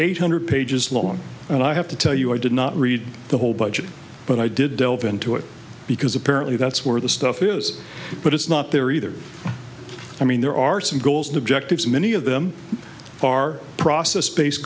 eight hundred pages long and i have to tell you i did not read the whole budget but i did delve into it because apparently that's where the stuff is but it's not there either i mean there are some goals and objectives many of them are process